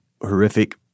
horrific